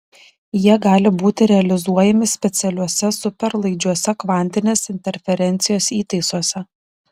jie gali būti realizuojami specialiuose superlaidžiuose kvantinės interferencijos įtaisuose